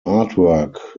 artwork